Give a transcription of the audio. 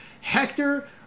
Hector